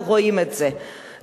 ורואים את זה.